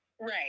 Right